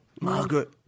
Margaret